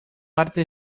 arte